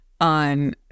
on